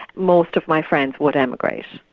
most of my friends would emigrate.